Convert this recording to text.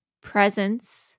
Presence